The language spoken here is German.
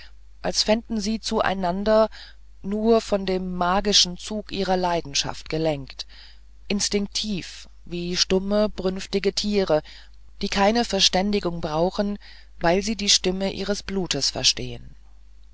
als fänden sie zueinander nur von dem magischen zug ihrer leidenschaft gelenkt instinktiv wie stumme brünftige tiere die keine verständigung brauchen weil sie die stimme ihres blutes verstehen